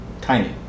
Tiny